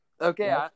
okay